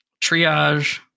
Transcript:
triage